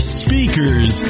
speakers